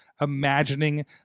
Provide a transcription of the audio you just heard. imagining